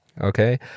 Okay